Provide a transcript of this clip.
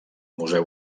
museu